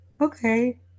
Okay